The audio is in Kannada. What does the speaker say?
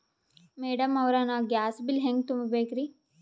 ಮೆಡಂ ಅವ್ರ, ನಾ ಗ್ಯಾಸ್ ಬಿಲ್ ಹೆಂಗ ತುಂಬಾ ಬೇಕ್ರಿ?